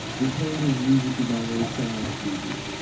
we're playing his music through my little sound so peakers.